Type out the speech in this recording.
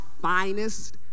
finest